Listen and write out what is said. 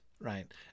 right